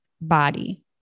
body